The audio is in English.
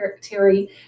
Terry